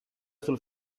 sul